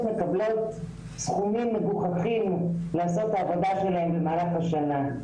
מקבלות סכומים מגוחכים לעשות את העבודה שלהן במהלך השנה.